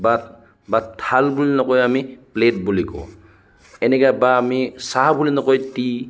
বা বা থাল বুলি নহয় আমি প্লেট বুলি কওঁ এনেকৈ আমি চাহ বুলি নহয় টি